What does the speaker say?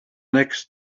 next